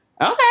okay